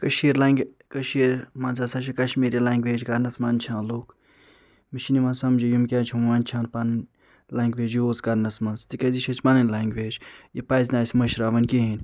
کٔشیٖر لنٛگہِ کٔشیٖرِ منٛز ہَسا چھِ کشمیٖری لنٛگویج کرنَس منٛدٕچھان لوٗکھ مےٚ چھُنہٕ یِوان سمجھی یِم کیٛازِ چھِ منٛدٕچھان پنٕنۍ لنٛگویج یوٗز کرنَس منٛز تِکیٛازِ یہِ چھِ اسہِ پنٕنۍ لنٛگویج یہِ پَزِ نہٕ اسہِ مٔشراوٕنۍ کِہیٖنۍ